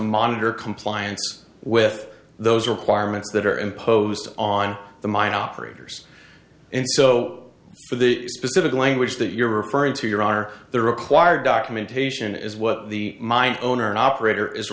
monitor compliance with those requirements that are imposed on the mine operators and so for the specific language that you're referring to your are the required documentation is what the mine owner an operator is